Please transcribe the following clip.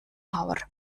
ховор